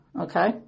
Okay